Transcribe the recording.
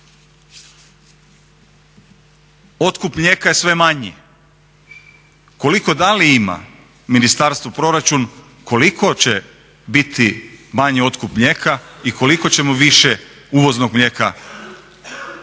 Otkup mlijeka je sve manji. Koliko, da li ima ministarstvo proračun koliko će biti manji otkup mlijeka i koliko ćemo više uvoznog mlijeka prodavati